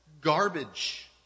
garbage